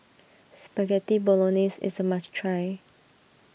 Spaghetti Bolognese is a must try